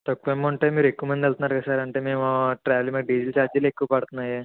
తక్కువ అమౌంటే మీరు ఎక్కువమంది వెళ్తున్నారు కదా సార్ అంటే మేము ట్రావెల్ మీద డీజిల్ చార్జీలు ఎక్కువ పడుతున్నాయి